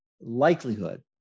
likelihood